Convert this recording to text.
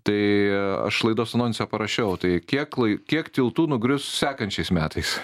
tai aš laidos anonse parašiau tai kiek lai kiek tiltų nugrius sekančiais metais